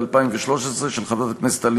של חבר הכנסת מיקי